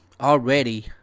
already